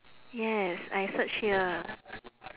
yes I search here